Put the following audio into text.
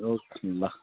okay ल